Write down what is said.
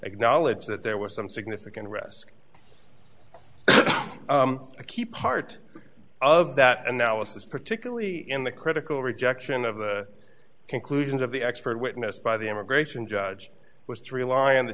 acknowledge that there were some significant risk a key part of that analysis particularly in the critical rejection of the conclusions of the expert witness by the immigration judge was to rely on the